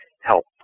help